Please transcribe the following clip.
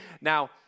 Now